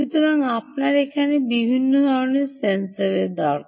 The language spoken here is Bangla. সুতরাং আপনার এখানে ভিন্ন ধরণের সেন্সর দরকার